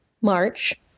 March